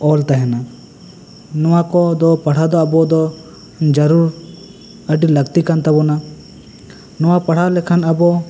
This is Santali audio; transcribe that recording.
ᱚᱞ ᱛᱟᱦᱮᱱᱟ ᱱᱚᱣᱟ ᱠᱚ ᱫᱚ ᱯᱟᱲᱦᱟᱣ ᱫᱚ ᱟᱵᱚ ᱫᱚ ᱡᱟᱹᱨᱩᱲ ᱟᱹᱰᱤ ᱞᱟᱹᱠᱛᱤ ᱠᱟᱱ ᱛᱟᱵᱚᱱᱟ ᱱᱚᱣᱟ ᱯᱟᱲᱦᱟᱣ ᱞᱮᱠᱷᱟᱱ ᱟᱵᱚ